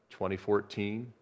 2014